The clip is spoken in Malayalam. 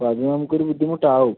അപ്പം അത് നമുക്ക് ഒരു ബുദ്ധിമുട്ട് ആവും